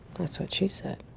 that's what she said.